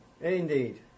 indeed